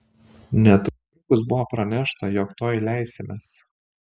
netrukus buvo pranešta jog tuoj leisimės